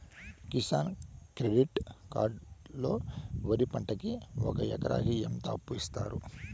Kisan credit card లో వరి పంటకి ఒక ఎకరాకి ఎంత అప్పు ఇస్తారు?